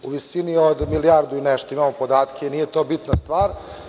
U visini od milijardu i nešto, imamo podatke, nije to bitna stvar.